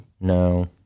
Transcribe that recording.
No